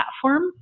platform